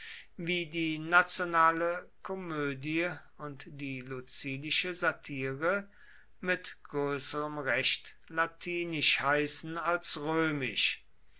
wie die nationale komödie und die lucilische satire mit größerem recht latinisch heißen als